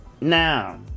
Now